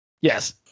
Yes